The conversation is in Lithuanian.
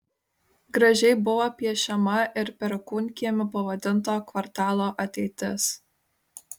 gražiai buvo piešiama ir perkūnkiemiu pavadinto kvartalo ateitis